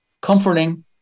comforting